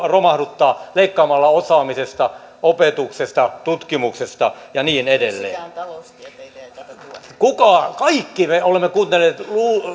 romahduttaa leikkaamalla osaamisesta opetuksesta tutkimuksesta ja niin edelleen kaikki me olemme kuunnelleet